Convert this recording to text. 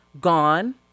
Gone